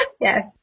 Yes